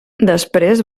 després